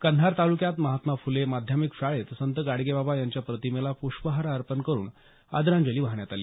कंधार तालुक्यात महात्मा फुले माध्यमिक शाळेत संत गाडगेबाबा यांच्या प्रतिमेला प्रष्पहार अर्पण करून आदरांजली वाहण्यात आली